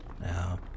Now